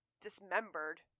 dismembered